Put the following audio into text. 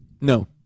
No